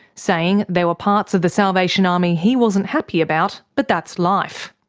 saying there were parts of the salvation army he wasn't happy about, but that's life.